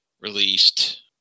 released